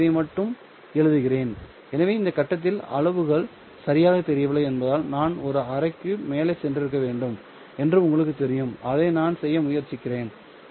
ஆகவே இதை மட்டும் எழுதுகிறேன் எனவே இந்த கட்டத்தில் அளவுகள் சரியாகத் தெரியவில்லை என்பதால் நான் ஒரு அரைக்கு மேலே சென்றிருக்க வேண்டும் என்று உங்களுக்குத் தெரியும் நான் அதை செய்ய முயற்சிக்கிறேன்